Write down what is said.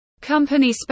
company